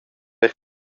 per